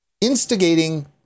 instigating